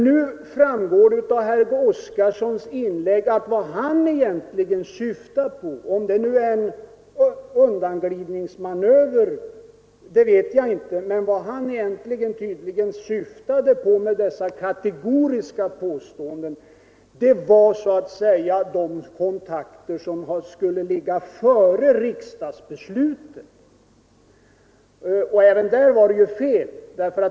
Nu framgår det av herr Oskarsons inlägg att vad han syftade på — om det är en undanmanöver vet jag inte — med dessa kategoriska påståenden var de kontakter som skulle ligga före riksdagsbeslutet. Även det var fel.